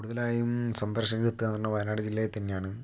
കൂടൂതലായും സന്ദർശകർ എത്തുക എന്ന് പറഞ്ഞാൽ വയനാട് ജില്ലയിൽ തന്നെയാണ്